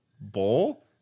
bowl